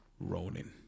Ronan